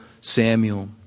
Samuel